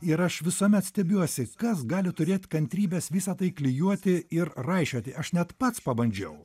ir aš visuomet stebiuosi kas gali turėt kantrybės visa tai klijuoti ir raišioti aš net pats pabandžiau